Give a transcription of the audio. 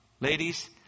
ladies